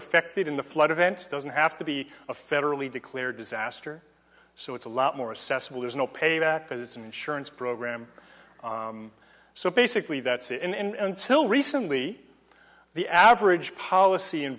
affected in the flood event doesn't have to be a federally declared disaster so it's a lot more assessable there's no payback because it's an insurance program so basically that's it and until recently the average policy in